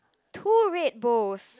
two red bowls